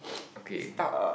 okay